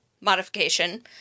modification